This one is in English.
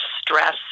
stress